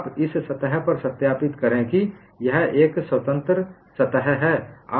आप इस सतह पर सत्यापित करें कि यह एक स्वतंत्र सतह है